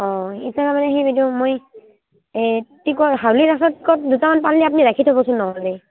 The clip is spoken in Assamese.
অঁ এতিয়া তাৰমানে সেই বাইদেউ মই এই টিক হাউলী ৰাসৰ টিকট দুটামান পালে আপুনি ৰাখি থ'বচোন নহ'লে